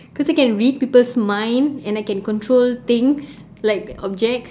because I can read people's mind and I can control things like objects